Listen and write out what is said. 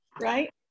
right